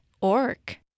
orc